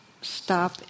stop